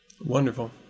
Wonderful